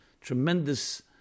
tremendous